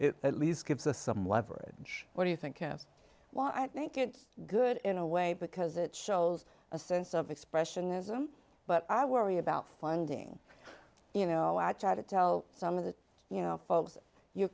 it at least gives us some leverage what do you think well i think it's good in a way because it shows a sense of expressionism but i worry about funding you know i try to tell some of the you know folks you